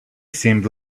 seemed